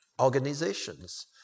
organizations